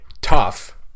tough